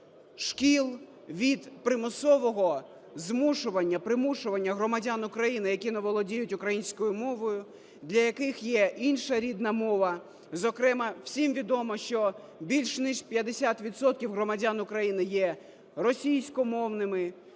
шкіл, від примусового змушування, примушування громадян України, які не володіють українською мовою, для яких є інша рідна мова, зокрема всім відомо, що більш ніж 50 відсотків громадян України є російськомовними.